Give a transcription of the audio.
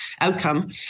outcome